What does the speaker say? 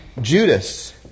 Judas